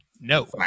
No